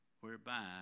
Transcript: whereby